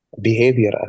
behavior